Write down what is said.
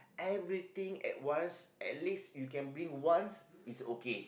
everything at once at least you can bring once it's okay